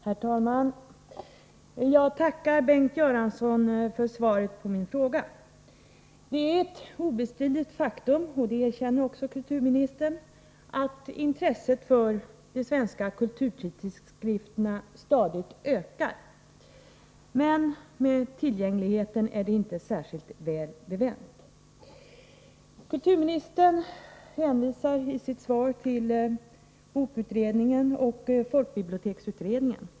Herr talman! Jag tackar Bengt Göransson för svaret på min fråga. Det är ett obestridligt faktum — det erkänner kulturministern också — att intresset för de svenska kulturtidskrifterna stadigt ökar. Men med tillgängligheten är det inte särskilt väl beställt. Kulturministern hänvisar i sitt svar till bokutredningen och folkbiblioteksutredningen.